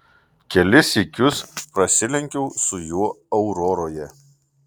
kelis sykius prasilenkiau su juo auroroje